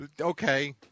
Okay